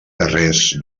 guerrers